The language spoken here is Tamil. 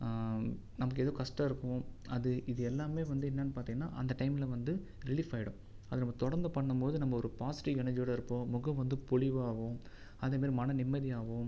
நம்மக்கு ஏதோ கஷ்டம் இருக்கு அது இது எல்லாமே வந்து என்னனு பார்த்திங்கன்னா அந்த டைம்மில் வந்து ரிலிஃப் ஆயிடும் அதை நம்ப தொடர்ந்து பண்ணும்போது நம்ம ஒரு பாசிட்டிவ் எனர்ஜி ஓட இருப்போம் முகம் வந்து பொலிவாவும் அதேமாரி மன நிம்மதியாகவும்